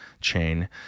chain